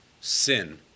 Sin